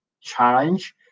challenge